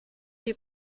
die